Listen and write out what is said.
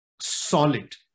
solid